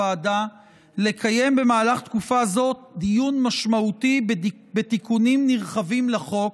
לקיים במהלך התקופה זו דיון משמעותי בתיקונים נרחבים לחוק,